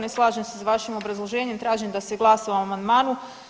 Ne slažem se s vašim obrazloženjem, tražim da se glasa o amandmanu.